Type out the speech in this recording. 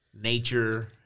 nature